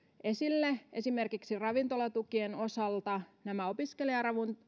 esille esimerkiksi ravintolatukien osalta opiskelijaravintolat